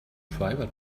driver